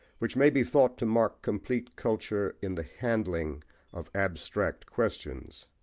which may be thought to mark complete culture in the handling of abstract questions.